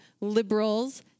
liberals